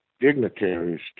dignitaries